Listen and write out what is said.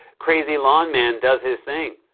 crazy lawn man does his thing.